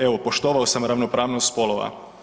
Evo poštovao sam ravnopravnost spolova.